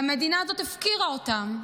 והמדינה הזאת הפקירה אותם,